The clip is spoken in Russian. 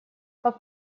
как